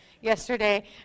yesterday